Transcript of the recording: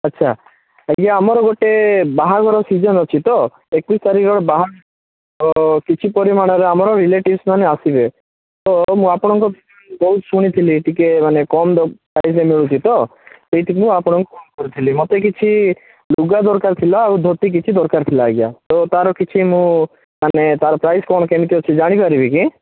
ଆଚ୍ଛା ଆଜ୍ଞା ଆମର ଗୋଟେ ବାହାଘର ସିଜନ୍ ଅଛି ତ ଏକୋଇଶ ତାରିଖର ବାହାଘର କିଛି ପରିମାଣର ଆମର ରିଲେଟିଭସ୍ ମାନେ ଆସିବେ ତ ମୁଁ ଆପଣଙ୍କୁ ବହୁତ ଶୁଣିଥିଲି ଟିକେ ମାନେ କମ୍ ପ୍ରାଇସ୍ରେ ମିଳୁଛି ତ ସେଥିପାଇଁ ଆପଣଙ୍କୁ କଲ୍ କରିଥିଲି ମୋତେ କିଛି ଲୁଗା ଦରକାର ଥିଲା ଆଉ ଧୋତି କିଛି ଦରକାର ଥିଲା ଆଜ୍ଞା ତ ତାର କିଛି ମୁଁ ମାନେ ତାର ପ୍ରାଇସ୍ କ'ଣ କେମିତି ଅଛି ଜାଣିପାରିବି କି